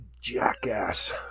jackass